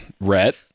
Rhett